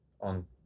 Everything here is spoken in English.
on